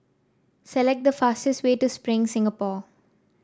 select the fastest way to Spring Singapore